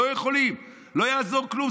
לא יכולים, לא יעזור כלום.